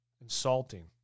Insulting